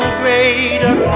greater